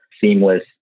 seamless